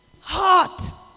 hot